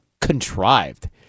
contrived